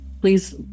Please